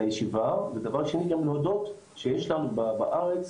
הישיבה, ודבר שני גם להודות שיש לנו בארץ